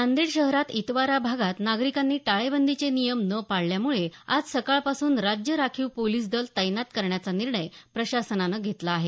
नांदेड शहरात इतवारा भागात नागरिकांनी टाळेबंदीचे नियम न पाळल्यामुळे आज सकाळ पासून राज्य राखीव पोलीस दल तैनात करण्याचा निर्णय प्रशासनानं घेतला आहे